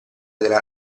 della